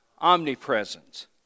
omnipresence